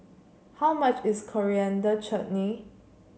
how much is Coriander Chutney